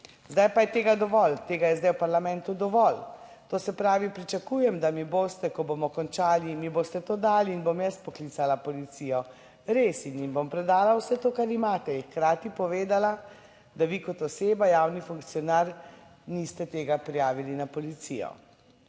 Zdaj pa je tega dovolj. Tega je zdaj v parlamentu dovolj, to se pravi pričakujem, da mi boste, ko bomo končali, mi boste to dali in bom jaz poklicala policijo, res, in jim bom predala vse to kar imate in hkrati povedala, da vi kot oseba, javni funkcionar, niste tega prijavili na policijo.